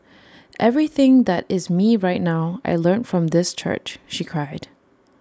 everything that is me right now I learnt from this church she cried